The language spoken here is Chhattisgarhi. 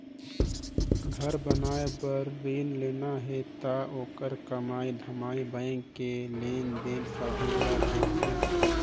घर बनाए बर रिन लेना हे त ओखर कमई धमई बैंक के लेन देन सबो ल देखथें